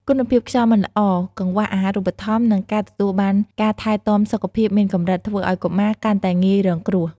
គុណភាពខ្យល់មិនល្អ កង្វះអាហារូបត្ថម្ភ និងការទទួលបានការថែទាំសុខភាពមានកម្រិត ធ្វើឱ្យកុមារកាន់តែងាយរងគ្រោះ។